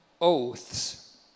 oaths